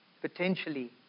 Potentially